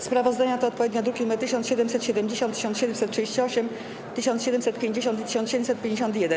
Sprawozdania to odpowiednio druki nr 1770, 1738, 1750 i 1751.